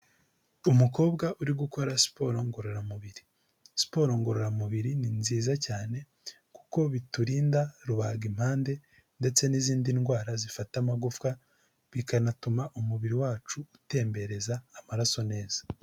Umukobwa uri gukora siporo ngororamubiri siporo ngororamubiri ni nziza cyane kuko biturinda rubagimpande ndetse n'izindi ndwara zifata amagufwa bikanatuma umubiri wacu utembereza amaraso neza.